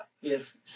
Yes